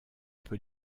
peut